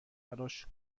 براش